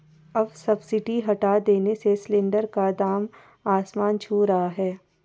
अब सब्सिडी हटा देने से सिलेंडर का दाम आसमान छू रहा है